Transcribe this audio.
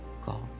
God